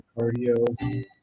cardio